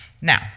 Now